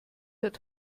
hat